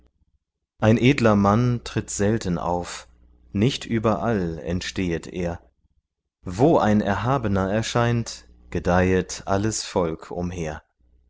ein edler mann tritt selten auf nicht überall entstehet er wo ein erhabener erscheint gedeihet alles volk umher